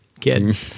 kid